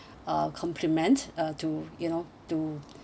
a compliment uh to you know to